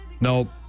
Nope